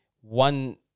one